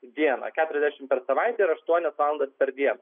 dieną keturiasdešimt per savaitę ir aštuonias valandas per dieną